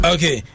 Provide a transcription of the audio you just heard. Okay